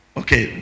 okay